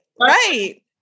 right